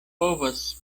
povas